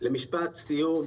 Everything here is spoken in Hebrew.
משפט סיום.